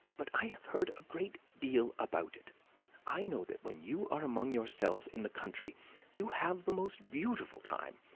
but i have heard a great deal about it i know that when you are among yourselves in the country you have the most beautiful time.